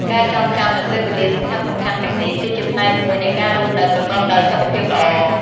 ការចងចាំនូវពេលវេលាសំខាន់ៗទាំងនេះ គឺជាផ្នែកមួយនៃការរស់នៅប្រកបដោយសុខភាពល្អ។